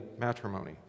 matrimony